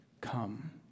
come